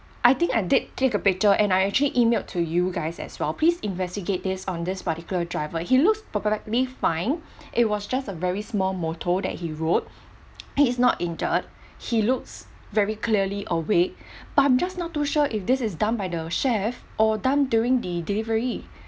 I think I did take a picture and I actually emailed to you guys as well please investigate this on this particular driver he looks perfectly fine it was just a very small moto that he rode he's not injured he looks very clearly awake but I'm just not too sure if this is done by the chef or done during the delivery